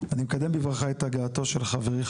אני מקדם בברכה את הגעתו של חברי,